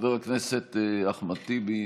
חבר הכנסת אחמד טיבי,